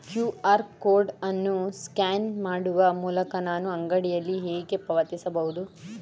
QR code ಅನ್ನು scan ಮಾಡುವ ಮೂಲಕ ನಾನು ಅಂಗಡಿಯಲ್ಲಿ ಹೇಗೆ ಪಾವತಿಸಬಹುದು?